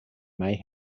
may